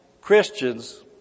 Christians